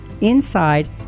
inside